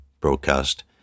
broadcast